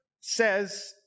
says